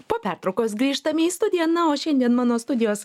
po pertraukos grįžtame į studiją na o šiandien mano studijos